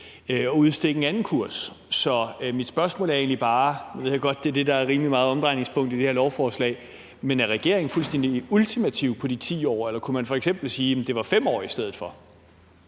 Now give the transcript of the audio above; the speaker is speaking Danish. at udstikke en anden kurs. Så mit spørgsmål er egentlig bare – og jeg ved godt, at det er det, der rimelig meget er omdrejningspunktet i det her lovforslag – om regeringen er fuldstændig ultimativ på de 10 år? Eller kunne man f.eks. sige, at det i stedet for